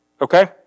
Okay